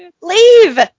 leave